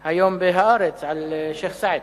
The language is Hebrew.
היום ב"הארץ" על שיח'-סעד.